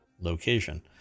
location